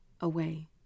away